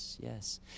Yes